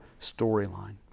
storyline